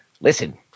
Listen